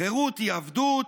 חירות היא עבדות,